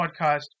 podcast